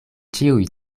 ĉiuj